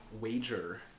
wager